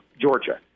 Georgia